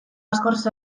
askoz